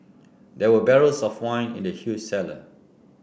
there were barrels of wine in the huge cellar